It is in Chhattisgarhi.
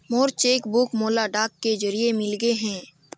मोर चेक बुक मोला डाक के जरिए मिलगे हे